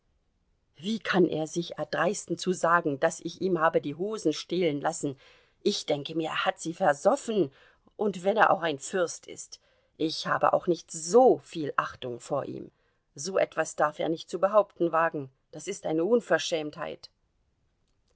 wie kann er sich erdreisten zu sagen daß ich ihm habe die hosen stehlen lassen ich denke mir er hat sie versoffen und wenn er auch ein fürst ist ich habe auch nicht so viel achtung vor ihm so etwas darf er nicht zu behaupten wagen das ist eine unverschämtheit